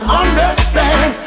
understand